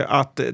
att